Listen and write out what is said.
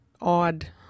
odd